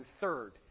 third